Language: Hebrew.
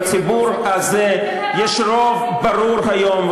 בציבור הזה יש רוב ברור היום,